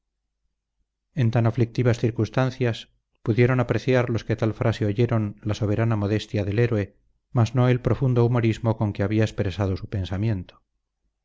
en tan aflictivas circunstancias pudieron apreciar los que tal frase oyeron la soberana modestia del héroe mas no el profundo humorismo con que había expresado su pensamiento